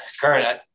current